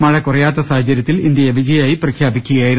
മഴ കുറയാത്ത സാഹചര്യത്തിൽ ഇന്ത്യയെ വിജയിയായി പ്രഖ്യാപിക്കുകയായിരുന്നു